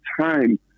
time